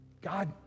God